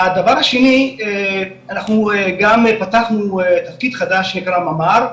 הדבר השני אנחנו גם פתחנו תפקיד חדש שנקרא ממ"ר,